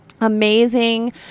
Amazing